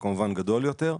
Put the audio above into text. הוא כמובן גדול יותר.